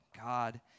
God